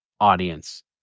audience